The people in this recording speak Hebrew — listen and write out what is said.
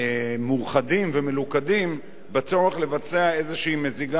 לבצע איזושהי מזיגה של שינוי שיביא לפתרון,